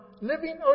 living